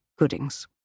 Goodings